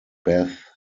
beth